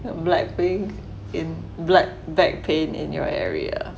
blackpink in black back pain in your area